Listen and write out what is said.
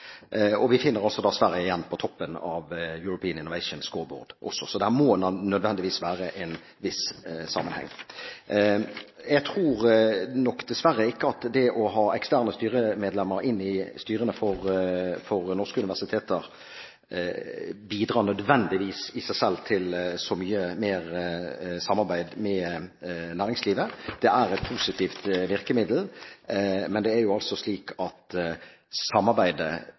Og vi finner altså Sverige igjen på toppen av European Innovation Scoreboard. Så det må nødvendigvis være en viss sammenheng. Jeg tror nok dessverre ikke at det å ha eksterne styremedlemmer inn i styrene til norske universiteter nødvendigvis i seg selv bidrar til så mye mer samarbeid med næringslivet. Det er et positivt virkemiddel, men samarbeidet, i alle fall når det